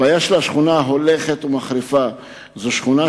הבעיה של השכונה הולכת ומחריפה, שכן זו שכונה